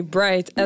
Bright